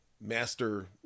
master